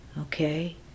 Okay